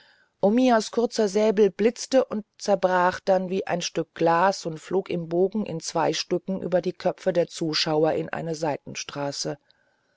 omiyas kurzer säbel blitzte und zerbrach dann wie ein stück glas und flog im bogen in zwei stücken über die köpfe der zuschauer in eine seitenstraße